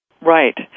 Right